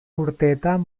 urteetan